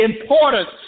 importance